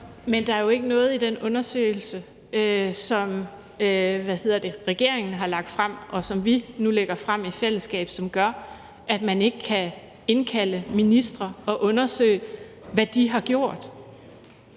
Men der er jo ikke noget i den undersøgelse, som regeringen har lagt frem, og som vi nu lægger frem i fællesskab, som gør, at man ikke kan indkalde ministre og undersøge, hvad de har gjort.